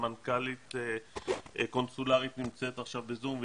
סמנכ"לית קונסולרית נמצאת עכשיו בזום.